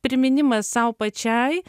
priminimas sau pačiai